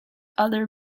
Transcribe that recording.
other